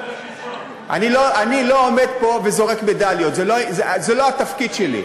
אני לא עומד פה וזורק מדליות, זה לא התפקיד שלי.